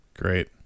great